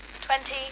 twenty